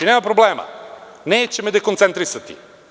Nema problema, neće me dekoncentrisati.